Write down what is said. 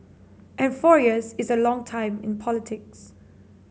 and four years is a long time in politics